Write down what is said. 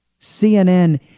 CNN